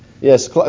Yes